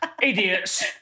Idiots